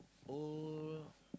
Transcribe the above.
whole